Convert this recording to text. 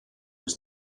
was